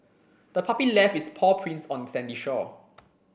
the puppy left its paw prints on the sandy shore